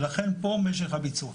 ולכן פה משך הביצוע.